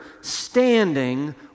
standing